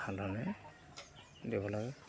ভালদৰে দিব লাগে